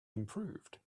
improved